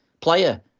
player